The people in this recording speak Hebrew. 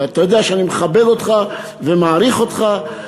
ואתה יודע שאני מכבד אותך ומעריך אותך,